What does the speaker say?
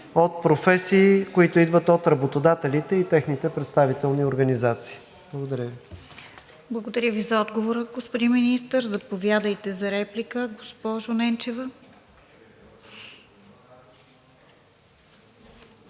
от професии, които идват от работодателите и техните представителни организации. Благодаря Ви. ПРЕДСЕДАТЕЛ РОСИЦА КИРОВА: Благодаря Ви, за отговора, господин Министър. Заповядайте за реплика, госпожо Ненчева.